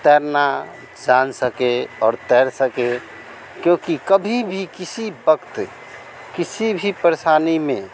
तैरना जान सके और तैर सके क्योंकि कभी भी किसी वक़्त किसी भी परेशानी में